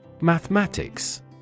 Mathematics